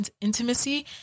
intimacy